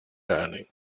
learning